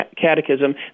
Catechism